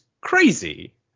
crazy